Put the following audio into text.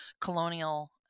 colonial